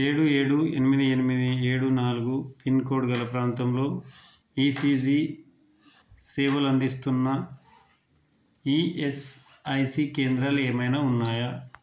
ఏడు ఏడు ఎనిమిది ఎనిమిది ఏడు నాలుగు పిన్కోడ్ గల ప్రాంతంలో ఈసీజీ సేవలందిస్తున్న ఈఎస్ఐసి కేంద్రాలు ఏమైనా ఉన్నాయా